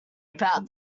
about